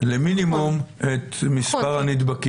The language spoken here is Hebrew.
למינימום את מספר הנדבקים.